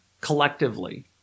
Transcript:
collectively